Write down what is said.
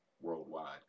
worldwide